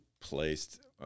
placed